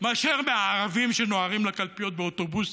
מאשר מהערבים שנוהרים לקלפיות באוטובוסים.